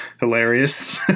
hilarious